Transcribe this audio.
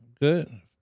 Good